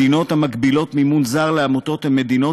מדינות המגבילות מימון זר לעמותות הן מדינות